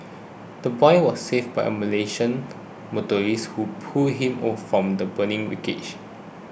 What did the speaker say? the boy was saved by a Malaysian motorist who pulled him or from the burning wreckage